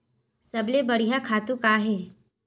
सबले बढ़िया खातु का हे?